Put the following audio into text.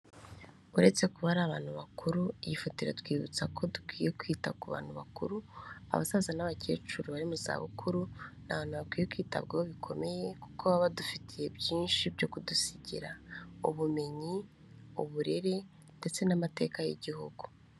Uretse kuba ari abantu bakuru, iyi foto iratwibutsa ko dukwiye kwita ku bantu bakuru, abasaza n'abakecuru bari mu zabukuru, ni abantu bakwiye kwitabwaho bikomeye, kuko baba badufitiye byinshi byo kudusigira: ubumenyi, uburere ndetse n'amateka y'igihugu.